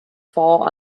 four